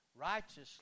Righteously